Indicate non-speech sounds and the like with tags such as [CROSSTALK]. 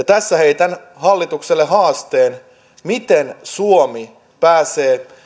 [UNINTELLIGIBLE] tässä heitän hallitukselle haasteen miten suomi pääsee